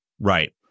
Right